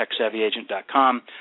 techsavvyagent.com